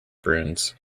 bruins